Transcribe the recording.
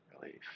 relief